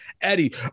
Eddie